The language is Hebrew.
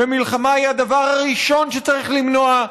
ומלחמה היא הדבר הראשון שצריך למנוע,